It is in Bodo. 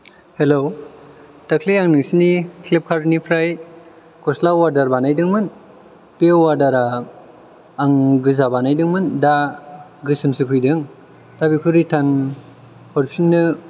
हेलौ दाख्लि आं नोंसिनि फ्लिपकार्दनिफ्राय गस्ला अवादार बानायदोंमोन बे अवादारआ आं गोजा बानायदोंमोन दा गोसोमसो फैदों दा बेखौ रिथार्न हरफिननो